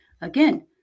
Again